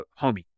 homie